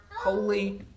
holy